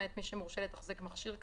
מאת מי שמורשה לתחזק מכשיר כאמור,